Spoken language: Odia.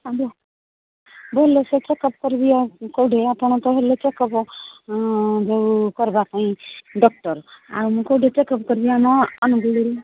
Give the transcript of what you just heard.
ଆଜ୍ଞା ଭଲସେ ଚେକ୍ଅପ୍ କରିବି ଆଉ କେଉଁଠି ଆପଣ ତ ହେଲେ ଚେକ୍ଅପ୍ ଯେଉଁ କରିବା ପାଇଁ ଡକ୍ଟର୍ ଆଉ ମୁଁ କେଉଁଠି ଚେକ୍ଅପ୍ କରିବି ଆମ ଆନୁଗୁଳରୁ